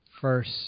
first